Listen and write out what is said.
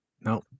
No